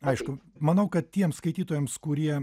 aišku manau kad tiems skaitytojams kurie